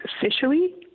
officially